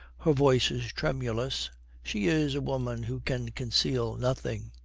her voice is tremulous she is a woman who can conceal nothing.